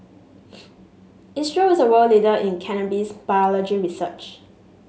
Israel is a world leader in cannabis biology research